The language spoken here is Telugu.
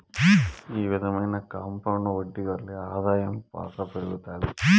ఈ విధమైన కాంపౌండ్ వడ్డీ వల్లే ఆదాయం బాగా పెరుగుతాది